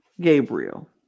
Gabriel